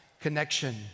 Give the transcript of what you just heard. connection